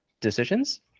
decisions